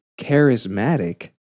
charismatic